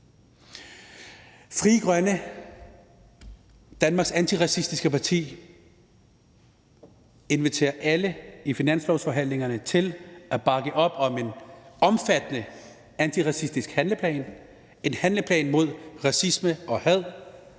Frie Grønne, Danmarks antiracistiske parti, inviterer alle i finanslovsforhandlingerne til at bakke op om en omfattende antiracistisk handleplan – en handleplan mod racisme og had